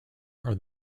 are